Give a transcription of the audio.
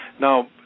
Now